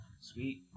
Sweet